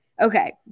okay